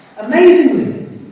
Amazingly